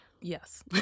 Yes